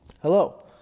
Hello